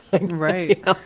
Right